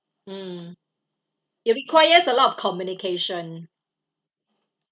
mm it requires a lot of communication